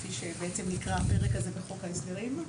כפי שנקרא הפרק הזה בחוק ההסדרים.